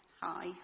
hi